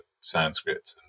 Sanskrit